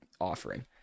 offering